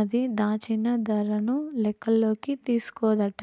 అది, దాచిన దరను లెక్కల్లోకి తీస్కోదట